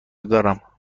دارم